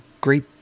great